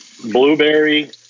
blueberry